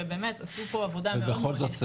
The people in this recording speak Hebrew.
שבאמת עשו פה עבודה מאד --- בכל זאת,